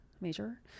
Major